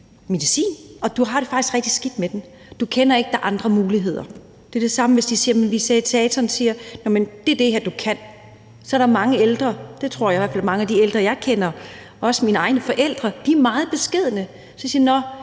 medicin – men du har det faktisk rigtig skidt med den. Men du ved ikke, at der er andre muligheder. Det er det samme, som hvis visitatoren siger: Det er det her, du kan få. Så er der mange ældre, det tror jeg i hvert fald – mange af de ældre, jeg kender, også mine egne forældre – der er meget beskedne, så de siger: Nå,